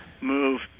move